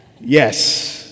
Yes